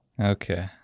Okay